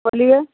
बोलिए